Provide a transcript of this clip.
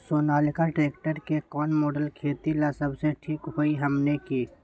Sonalika tractor के कौन model खेती ला सबसे ठीक होई हमने की?